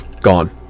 gone